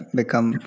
become